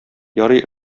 ярый